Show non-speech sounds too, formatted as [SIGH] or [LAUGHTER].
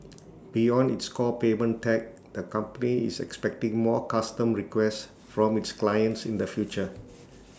beyond its core payment tech the company is expecting more custom requests from its clients [NOISE] in the future